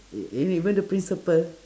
e~ even the principal